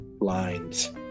lines